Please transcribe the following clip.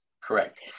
Correct